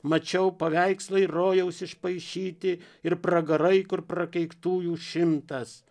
mačiau paveikslai rojaus išpaišyti ir pragarai kur prakeiktųjų šimtas